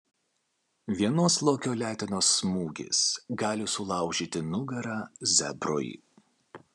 vienos lokio letenos smūgis gali sulaužyti nugarą zebrui